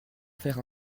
faire